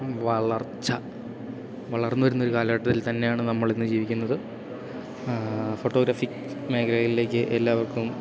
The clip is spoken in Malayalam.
വളർച്ച വളർന്നു വരുന്നൊരു കാലഘട്ടത്തിൽ തന്നെയാണ് നമ്മളിന്നു ജീവിക്കുന്നത് ഫോട്ടോഗ്രാഫി മേഖലയിലേക്ക് എല്ലാവർക്കും